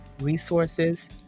resources